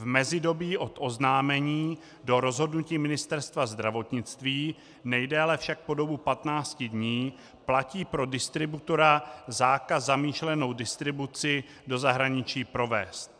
V mezidobí od oznámení do rozhodnutí Ministerstva zdravotnictví, nejdéle však po dobu 15 dní, platí pro distributora zákaz zamýšlenou distribuci do zahraničí provést.